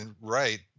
right